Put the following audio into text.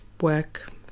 work